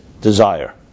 desire